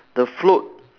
the float